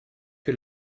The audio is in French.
que